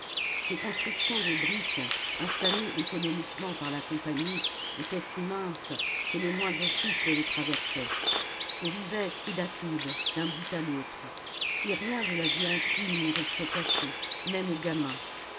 ces constructions de briques installées économiquement par la compagnie étaient si minces que les moindres souffles les traversaient on vivait coude à coude d'un bout à l'autre et rien de la vie intime n'y restait caché même aux gamins